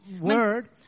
Word